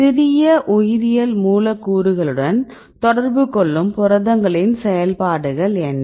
சிறிய உயிரியல் மூலக்கூறுகளுடன் தொடர்பு கொள்ளும் புரதங்களின் செயல்பாடுகள் என்ன